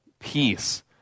Peace